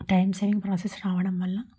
time saving process రావడం వల్ల